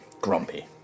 grumpy